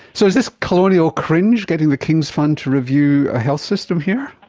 so is this colonial cringe, getting the king's fund to review a health system here?